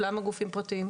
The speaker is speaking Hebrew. בכסף, למה גופים פרטיים?